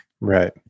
right